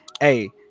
Hey